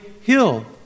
hill